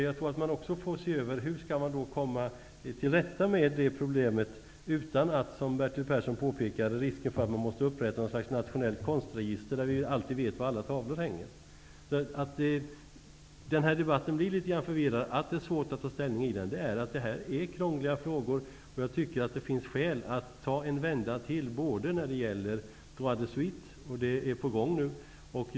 Jag tror att man får se över hur man skall komma till rätta med det problemet utan att, som Bertil Persson talade om, riskera att man måste upprätta något slags nationellt konstregister, så att man alltid vet var alla tavlor hänger. Debatten blir litet förvirrad. Det är svårt att ta ställning därför att detta är krångliga frågor. Det finns skäl att ta en vända till när det gäller droit de suite. En sådan är nu på gång.